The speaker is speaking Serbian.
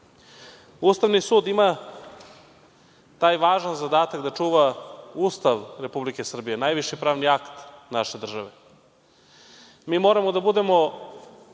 države. Ustavni sud ima taj važan zadatak da čuva Ustav Republike Srbije, najviši pravni akt naše države. Mi moramo da budemo